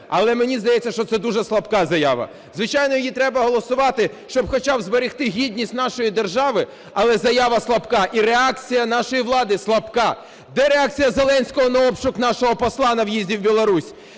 Але мені здається, що це дуже слабка заява. Звичайно, її треба голосувати, щоб хоча б зберегти гідність нашої держави, але заява слабка і реакція нашої влади слабка. Де реакція Зеленського на обшук нашого посла на в'їзді в Білорусь?